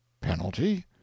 Penalty